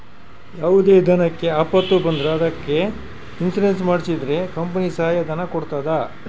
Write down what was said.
ಯಾವುದೇ ದನಕ್ಕೆ ಆಪತ್ತು ಬಂದ್ರ ಅದಕ್ಕೆ ಇನ್ಸೂರೆನ್ಸ್ ಮಾಡ್ಸಿದ್ರೆ ಕಂಪನಿ ಸಹಾಯ ಧನ ಕೊಡ್ತದ